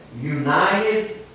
United